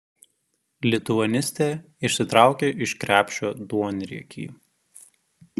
lituanistė išsitraukė iš krepšio duonriekį